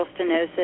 stenosis